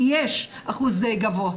כי יש אחוז גבוה?